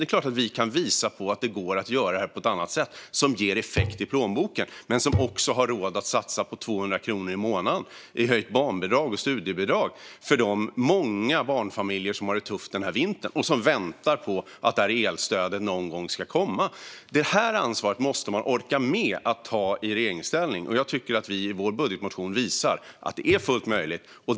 Det är klart att vi kan visa att det går att göra detta på ett annat sätt som ger effekt i plånboken men som också gör att man har råd att satsa på 200 kronor i månaden i höjt barnbidrag och studiebidrag för de många barnfamiljer som har det tufft den här vintern och som väntar på att elstödet ska komma någon gång. Det ansvaret måste man orka med att ta i regeringsställning. Jag tycker att vi i vår budgetmotion visar att detta är fullt möjligt.